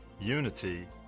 unity